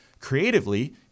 creatively